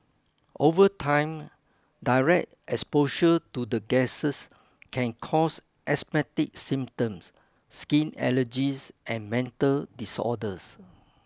over time direct exposure to the gases can cause asthmatic symptoms skin allergies and mental disorders